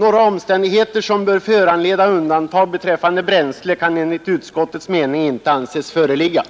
Några omständigheter som bör föranleda undantag beträf fande bränsle kan enligt utskottets mening inte anses föreligga.”